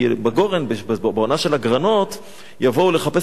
בעונה של הגרנות יבואו לחפש אותו בגרנות,